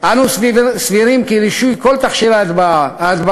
אנו סבורים כי רישוי כל תכשירי ההדברה,